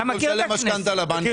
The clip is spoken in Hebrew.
במקום לשלם משכנתה לבנק,